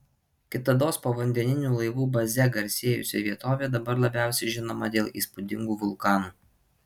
kitados povandeninių laivų baze garsėjusi vietovė dabar labiausiai žinoma dėl įspūdingų vulkanų